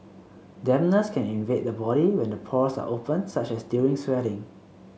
dampness can invade the body when the pores are open such as during sweating